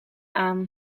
aan